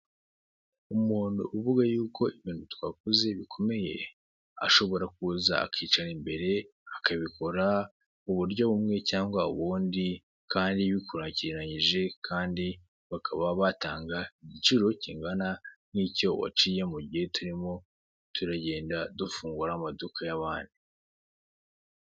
Umuntu uvuga yuko twakoze ibintu bikomeye, ashobora kuza akicara imbere akabikora muburyo bumwe cyangwa ubundi kandi bikurikiranyije kandi bakaba batanga igiciro kingana n'icyo waciye mugihe turimo turagenda dufungura amaduka y'abandi.